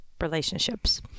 relationships